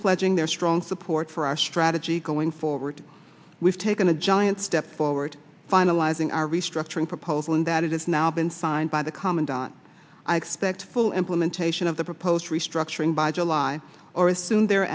pledging their strong support for our strategy going forward we've taken a giant step forward finalizing our restructuring proposal and that it's now been signed by the commandant i expect full implementation of the proposed restructuring by july or assume the